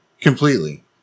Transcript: Completely